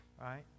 right